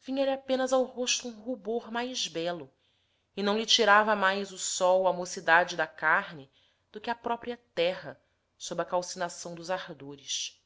vinha-lhe apenas ao rosto um rubor mais belo e não lhe tirava mais o sol à mocidade da carne do que à própria terra sob a calcinação dos ardores